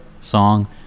song